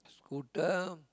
scooter